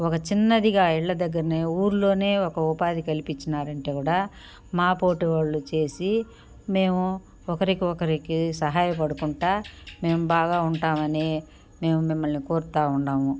ఒక చిన్నదిగా ఇళ్ళ దగ్గరనే ఊరిలోనే ఒక ఉపాధి కల్పించినారంటే కూడా మా పోటోళ్లు చేసి మేము ఒకరికి ఒకరికి సహాయపడుకుంటా మేము బాగా ఉంటామని మేము మిమ్మల్ని కోరుతావుండాము